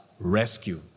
rescue